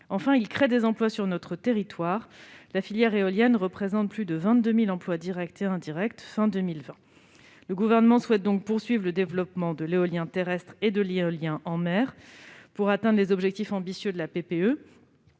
Enfin, il crée des emplois sur notre territoire. La filière éolienne représente plus de 22 000 emplois directs et indirects à la fin de 2020. Le Gouvernement souhaite donc poursuivre le développement de l'éolien terrestre et de l'éolien en mer pour atteindre les objectifs ambitieux de la PPE.